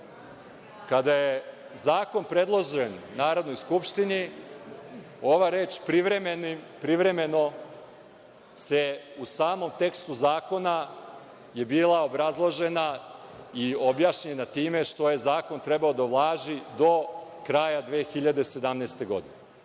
je zakon predložen Narodnoj skupštini, ova reč privremeno u samom tekstu zakona je bila obrazložena i objašnjena time što je zakon trebao da važi do kraja 2017. godine.